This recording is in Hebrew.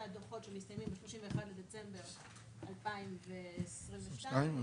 דוחות שמסתיימים ב-31 בדצמבר 2022 -- מה